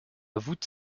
voûte